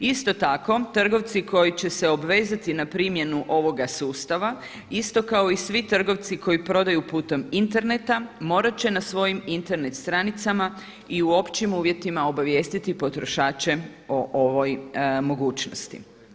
Isto tako trgovci koji će se obvezati na primjenu ovoga sustava isto kao i svi trgovci koji prodaju putem interneta morat će na svojim Internet stranicama i u općim uvjetima obavijestiti potrošače o ovoj mogućnosti.